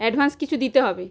advance কিছু দিতে হবে